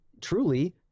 Truly